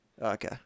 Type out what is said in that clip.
Okay